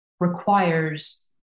requires